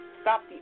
Stop